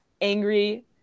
angry